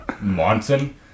Monson